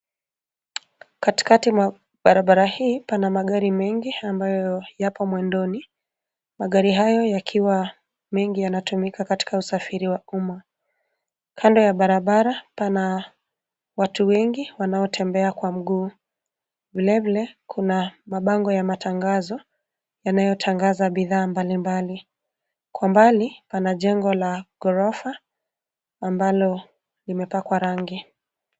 Katikati mwa barabara hii pana magari mengi ambayo yapo mwendoni. Magari hayo yakiwa mengi yanatumika katika usafiri wa umma. Kando ya barabara pana watu wengi wanaotembea kwa mguu. Vile vile, kuna mabango ya matangazo yanayotangaza bidhaa mbali mbali. Kwa mbali pana jengo la ghorofa ambalo limepakwa rangi.